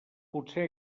potser